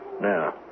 Now